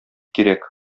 кирәк